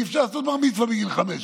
אי-אפשר לעשות בר-מצווה בגיל 15,